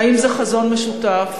האם זה חזון משותף,